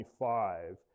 25